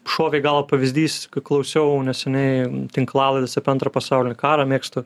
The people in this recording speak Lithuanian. šovė į galvą pavyzdys kai klausiau neseniai tainklalaidėse apie antrą pasaulinį karo mėgstu